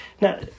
Now